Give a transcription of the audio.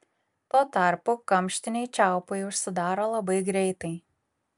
tuo tarpu kamštiniai čiaupai užsidaro labai greitai